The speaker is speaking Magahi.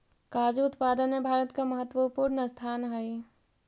काजू उत्पादन में भारत का महत्वपूर्ण स्थान हई